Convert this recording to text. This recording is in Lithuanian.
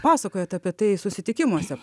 pasakojat apie tai susitikimuose